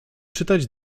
czytać